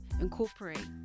incorporate